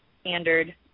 standard